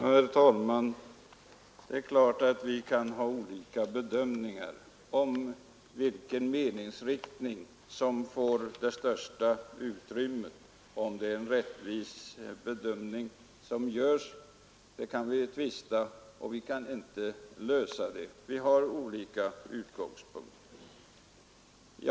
Herr talman! Det är klart att man kan ha olika uppfattningar om vilken meningsriktning som får det största utrymmet och huruvida den bedömning som görs är riktig. Den saken kan vi tvista om, men vi kan inte lösa den, eftersom vi har olika utgångspunkter.